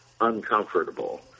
uncomfortable